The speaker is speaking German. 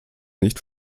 nicht